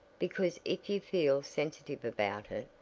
because if you feel sensitive about it,